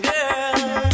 Girl